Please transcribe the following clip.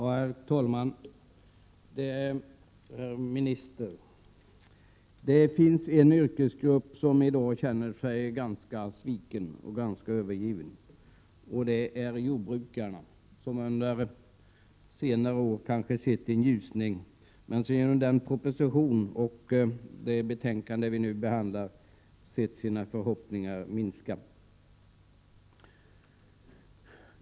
Herr talman! Herr minister! Det finns en yrkesgrupp som i dag känner sig sviken och övergiven. Det är jordbrukarna. De har under senare år kanske sett en ljusning, men genom den proposition och det betänkande vi nu behandlar ser de sina förhoppningar minska.